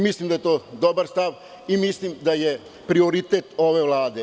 Mislim da je to dobar stav i mislim da je to prioritet ove Vlade.